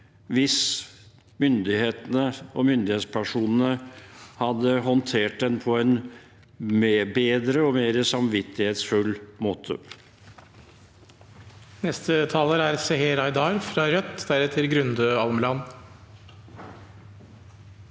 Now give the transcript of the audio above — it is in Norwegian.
hvis myndighetene og myndighetspersonene hadde håndtert den på en bedre og mer samvittighetsfull måte.